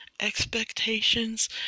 expectations